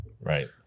right